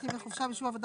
חורש, משרד העבודה.